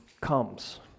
comes